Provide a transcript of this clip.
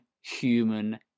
human